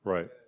Right